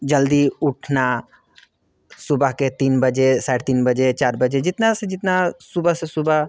जल्दी उठना सुबह के तीन बजे साढ़े तीन बजे चार बजे जितना से जितना सुबह से सुबह